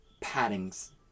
paddings